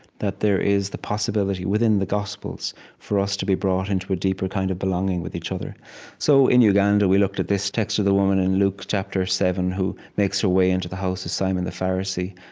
that there is the possibility within the gospels for us to be brought into a deeper kind of belonging with each other so, in uganda, we looked at this text of the woman in luke chapter seven who makes her way into the house of simon the pharisee.